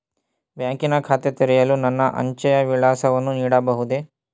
ಬ್ಯಾಂಕಿನ ಖಾತೆ ತೆರೆಯಲು ನನ್ನ ಅಂಚೆಯ ವಿಳಾಸವನ್ನು ನೀಡಬಹುದೇ?